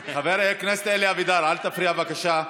אלי אבידר, אל תפריע, בבקשה.